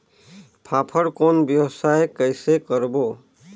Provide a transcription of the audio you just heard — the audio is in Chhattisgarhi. फाफण कौन व्यवसाय कइसे करबो?